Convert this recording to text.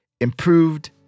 improved